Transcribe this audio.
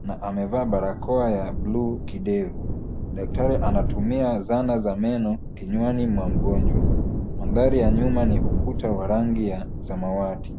na amevaa barakoa ya bluu kidevu. Daktari anatumia zana za meno kinywani mwa mgonjwa. Mandhari ya nyuma ni ukuta wa rangi ya samawati.